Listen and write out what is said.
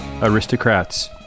aristocrats